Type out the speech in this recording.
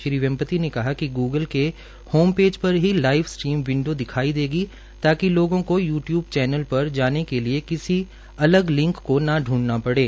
श्री वैपति ने कहा कि गूगल के होमपेज पर ही लाइव स्ट्रीम विंडो दिखाई देगी ताकि लोगों को यू टयूब चैनल पर जाने के लिए किसी अलग लिंक को न ढूंढना पड़े